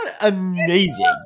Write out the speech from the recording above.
amazing